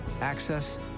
Access